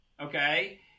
Okay